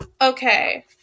Okay